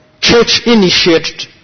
church-initiated